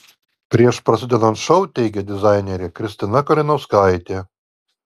prieš prasidedant šou teigė dizainerė kristina kalinauskaitė